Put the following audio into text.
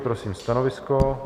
Prosím stanovisko.